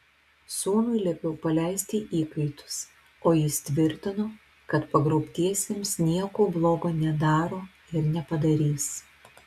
sūnui liepiau paleisti įkaitus o jis tvirtino kad pagrobtiesiems nieko bloga nedaro ir nepadarys